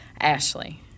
Ashley